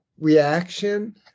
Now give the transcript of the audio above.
reaction